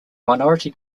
minority